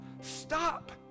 stop